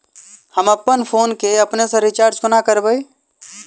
हम अप्पन फोन केँ अपने सँ रिचार्ज कोना करबै?